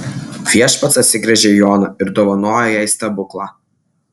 viešpats atsigręžia į oną ir dovanoja jai stebuklą